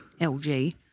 LG